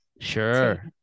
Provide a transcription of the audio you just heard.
Sure